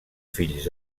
fills